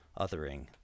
othering